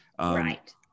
Right